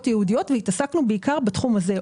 ייעודיות והתעסקנו בעיקר בתחום הזה.